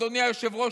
אדוני היושב-ראש,